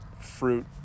fruit